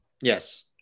Yes